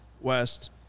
West